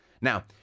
Now